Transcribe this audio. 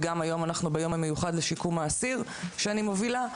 היום אנחנו ביום המיוחד לשיקום האסיר שאני מובילה,